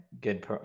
good